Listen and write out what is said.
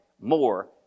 more